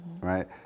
right